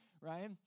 right